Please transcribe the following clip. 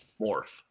Morph